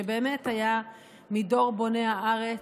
שבאמת היה מדור בוני הארץ.